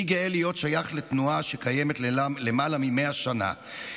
אני גאה להיות שייך לתנועה שקיימת למעלה מ-100 שנה.